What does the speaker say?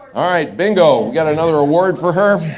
all right, bingo, we got another award for her?